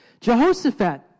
Jehoshaphat